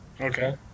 Okay